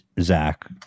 Zach